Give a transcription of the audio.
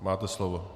Máte slovo.